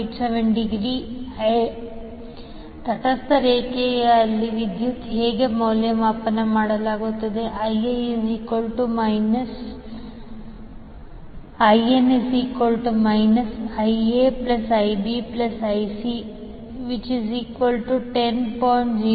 87°A ತಟಸ್ಥ ರೇಖೆಯಲ್ಲಿನ ವಿದ್ಯುತ್ ಹೀಗೆ ಮೌಲ್ಯಮಾಪನ ಮಾಡಲಾಗುತ್ತದೆ 𝐈𝑛 −𝐈𝑎 𝐈𝑏 𝐈𝑐 10